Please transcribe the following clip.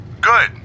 Good